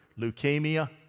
Leukemia